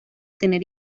tener